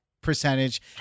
percentage